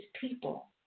people